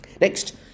Next